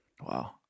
Wow